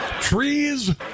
Trees